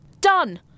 Done